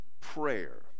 prayer